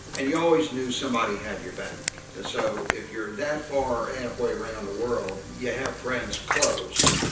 and you always knew somebody had your back and so, if you're that far halfway around the world, you have friends close.